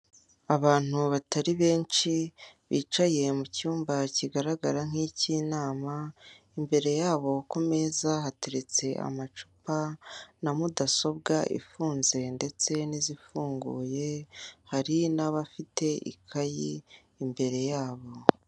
Abantu batari benshi bicaye mu cyumba kigaragara nk'ik'inama imbere yabo ku meza hateretse amacupa na mudasobwa ifunze ndetse n'izifunguye hari n'abafite ikayi imbere yabo.